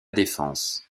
défense